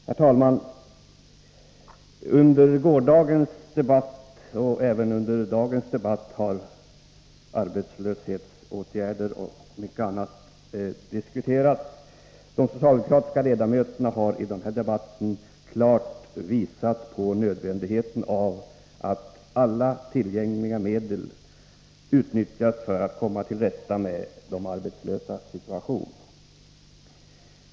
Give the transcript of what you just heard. Herr talman! Under gårdagens debatt, och även under dagens debatt, har arbetslöshetsåtgärder och mycket annat diskuterats. De socialdemokratiska ledamöterna har i debatterna klart visat på nödvändigheten av att alla tillgängliga medel utnyttjas för att man skall komma till rätta med de arbetslösas situation.